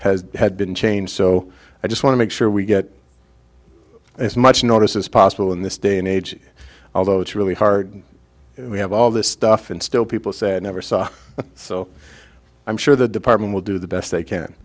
has had been changed so i just want to make sure we get as much notice as possible in this day and age although it's really hard we have all this stuff and still people said never saw so i'm sure the department will do the best they can